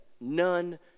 none